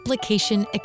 Application